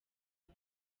aho